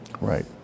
Right